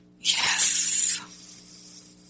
Yes